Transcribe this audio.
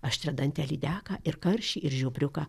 aštriadantę lydeką ir karšį ir žiobriuką